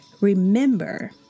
remember